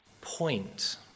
point